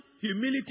humility